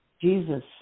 Jesus